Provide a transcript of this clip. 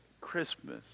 Christmas